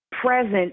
present